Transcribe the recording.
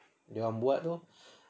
dorang buat tu